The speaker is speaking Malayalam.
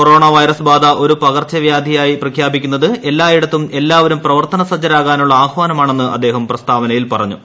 കൊറോണ വൈറസ് ബാധ ഒരു പകർച്ചവ്യാധിയായി പ്രഖ്യാപിക്കുന്നത് എല്ലായിടത്തും എല്ലാവരും പ്രവർത്തന സജ്ജരാകാനുള്ള ആഹ്വാനമാണെന്ന് അദ്ദേഹം പ്രസ്താവനയിൽ പറഞ്ഞു